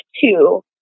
two